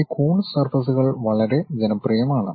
ഈ കൂൺസ് സർഫസ്കൾ വളരെ ജനപ്രിയമാണ്